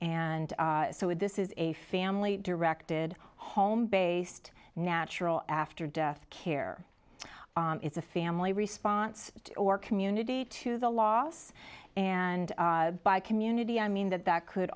if this is a family directed home based natural after death care it's a family response or community to the loss and by community i mean that that could